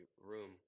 room